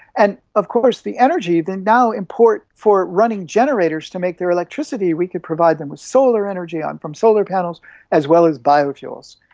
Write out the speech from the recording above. and of course the energy they now import for running generators to make their electricity. we can provide them with solar energy from solar panels as well as biofuels.